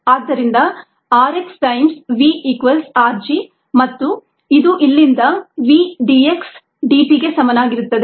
ಆದ್ದರಿಂದ rx times V equals r g ಮತ್ತು ಅದು ಇಲ್ಲಿಂದ V d x dt ಗೆ ಸಮನಾಗಿರುತ್ತದೆ